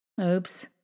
Oops